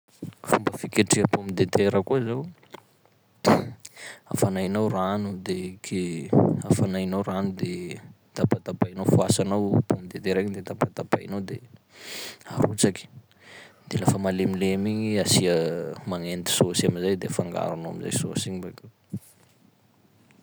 Fomba fiketreha pomme de terre koa zao afanainao rano, de ke- afanainao rano de tapatapahinao- voasanao pomme de terre igny, de tapatapainao de arotsaky, de lafa malemilemy igny asia- magnendy saosy amizay, de afangaronao amizay saosy igny bakeo.